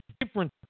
different